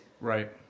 Right